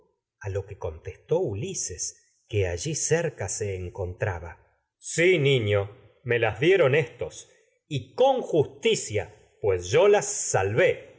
a lo que contestó ulises que sí niño me las dieron éstos encontraba y con justicia pues yo las salvé